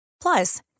Plus